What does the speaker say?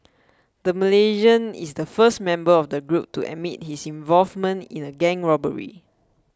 the Malaysian is the first member of a group to admit his involvement in a gang robbery